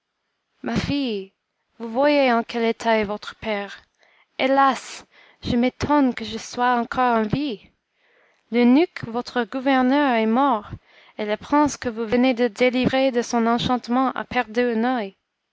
ma fille vous voyez en quel état est votre père hélas je m'étonne que je sois encore en vie l'eunuque votre gouverneur est mort et le prince que vous venez de délivrer de son enchantement a perdu